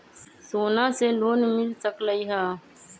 सोना से लोन मिल सकलई ह?